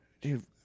Dude